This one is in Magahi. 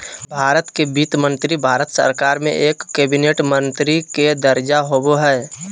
भारत के वित्त मंत्री भारत सरकार में एक कैबिनेट मंत्री के दर्जा होबो हइ